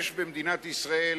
יש במדינת ישראל